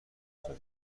کردم